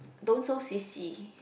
don't so sissy